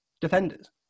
defenders